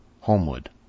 Homewood